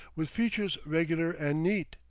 with features regular and neat,